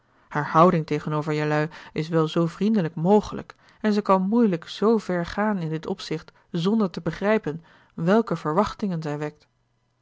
houding tegenover jelui is wel zoo vriendelijk mogelijk en zij kan moeilijk z ver gaan in dit opzicht zonder te begrijpen welke verwachtingen